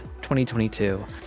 2022